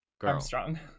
Armstrong